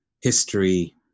history